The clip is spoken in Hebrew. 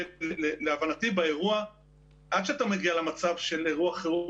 להבנתי עד שאתה מגיע למצב של אירוע חירום,